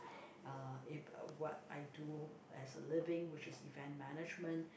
uh in what I do as a living which is event management